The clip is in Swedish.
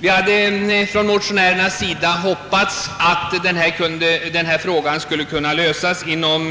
Vi hade från motionärernas sida hoppats att denna fråga skulle kunna lösas inom